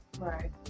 Right